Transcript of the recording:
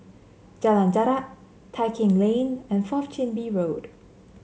Jalan Jarak Tai Keng Lane and Fourth Chin Bee Road